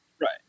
right